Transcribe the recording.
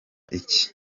iki